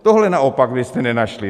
Tohle naopak byste nenašli.